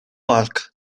porc